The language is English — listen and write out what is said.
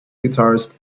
guitarist